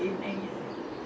how old were you ah